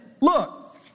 Look